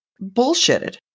bullshitted